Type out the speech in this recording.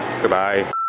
Goodbye